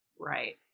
Right